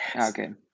Okay